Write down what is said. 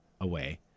away